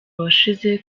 washize